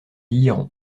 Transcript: liront